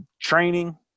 training